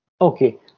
Okay